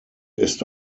ist